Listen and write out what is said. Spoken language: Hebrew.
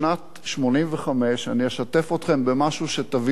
אני אשתף אתכם במשהו שתבינו ממנו מה זה גדעון בהיבט הזה,